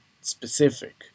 specific